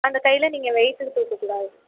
அந்த கையில் நீங்கள் வெயிட்டு தூக்க கூடாது